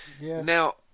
now